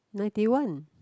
ninety one